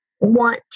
want